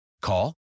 Call